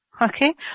okay